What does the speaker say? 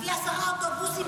להביא עשרה אוטובוסים,